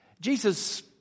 Jesus